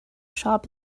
shop